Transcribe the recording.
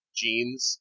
jeans